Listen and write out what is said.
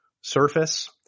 surface